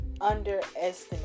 underestimate